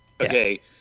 Okay